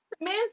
men